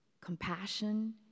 compassion